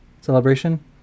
celebration